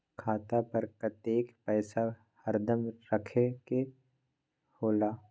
खाता पर कतेक पैसा हरदम रखखे के होला?